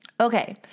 Okay